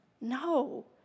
no